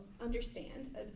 understand